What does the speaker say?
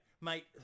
mate